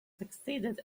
succeeded